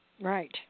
Right